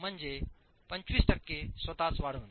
म्हणजे 25 टक्के स्वतःच वाढवणे